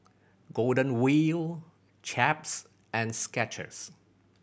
Golden Wheel Chaps and Skechers